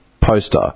poster